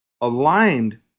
aligned